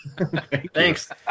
Thanks